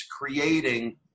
creating